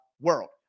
world